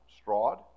strawed